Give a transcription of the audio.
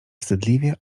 wstydliwie